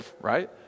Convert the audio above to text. Right